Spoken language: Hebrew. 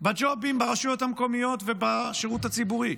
בג'ובים ברשויות המקומיות ובשירות הציבורי?